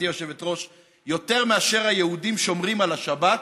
גברתי היושבת-ראש: יותר מאשר היהודים שומרים על השבת,